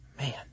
Man